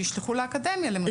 שישלחו לאקדמיה למשל.